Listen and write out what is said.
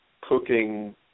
Cooking